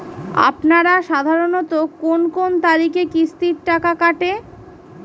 আপনারা সাধারণত কোন কোন তারিখে কিস্তির টাকা কাটে?